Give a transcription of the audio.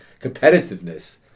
competitiveness